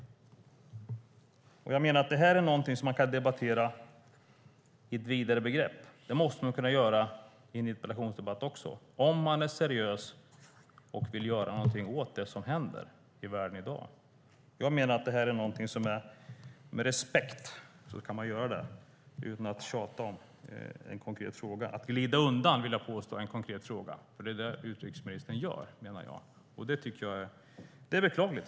Jag menar att detta är något som man kan debattera i ett vidare sammanhang. Det måste man kunna göra också i en interpellationsdebatt - om man är seriös och vill göra något åt det som händer i världen i dag. Jag menar att man kan göra det med respekt, utan att tjata om vad som är den konkreta frågan. Utrikesministern glider undan en konkret fråga, vill jag påstå. Det är vad utrikesministern gör, och det är beklagligt.